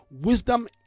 wisdom